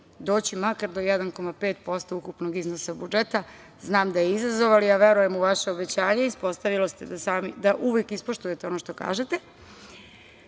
doći makar do 1,5% ukupnog iznosa budžetu. Znam da je izazov, ali ja verujem u vaša obećanja, ispostavilo se da uvek ispoštujete ono što kažete. Drugi